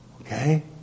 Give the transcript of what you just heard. Okay